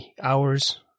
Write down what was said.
hours